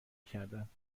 کردند